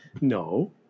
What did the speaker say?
No